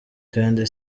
kandi